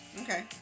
Okay